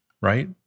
right